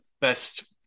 best